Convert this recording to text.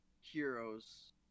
heroes